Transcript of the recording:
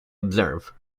observe